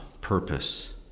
purpose